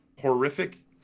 horrific